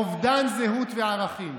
אובדן זהות וערכים.